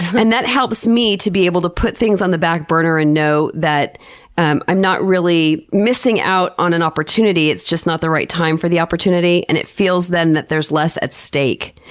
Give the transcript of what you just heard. and that helps me to be able to put things on the back burner and know that i'm i'm not really missing out on an opportunity. it's just not the right time for the opportunity, and it feels then, that there's less at stake.